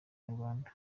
inyarwanda